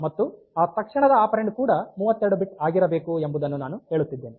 ಮತ್ತು ಆ ತಕ್ಷಣದ ಆಪೆರಾನ್ಡ್ ಕೂಡ 32 ಬಿಟ್ ಆಗಿರಬೇಕು ಎಂಬುದನ್ನು ನಾನು ಹೇಳುತ್ತಿದ್ದೇನೆ